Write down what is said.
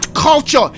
culture